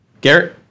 Garrett